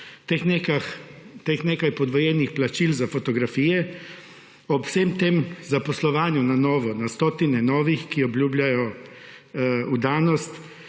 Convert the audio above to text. teh nekaj podvojenih plačil za fotografije, ob vsem tem zaposlovanju na novo, na stotine novih, ki obljubljajo vdanost,